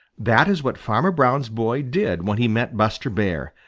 that is what farmer brown's boy did when he met buster bear,